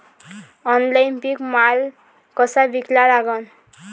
Online पीक माल कसा विका लागन?